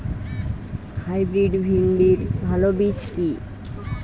Hybrid ভিন্ডির ভালো বীজ কি?